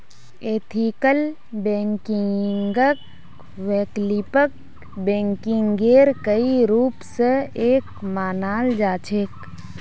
ethical बैंकिंगक वैकल्पिक बैंकिंगेर कई रूप स एक मानाल जा छेक